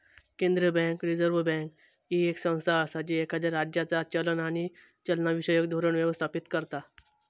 केंद्रीय bank, reserve bank, ही येक संस्था असा जी एखाद्या राज्याचा चलन आणि चलनविषयक धोरण व्यवस्थापित करता